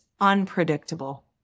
unpredictable